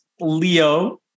Leo